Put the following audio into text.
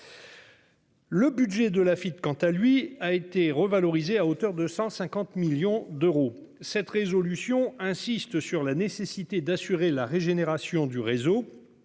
Le budget de la FIDE quant à lui a été revalorisé à hauteur de 150 millions d'euros. Cette résolution insiste sur la nécessité d'assurer la régénération du réseau.